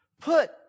put